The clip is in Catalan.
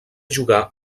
jugar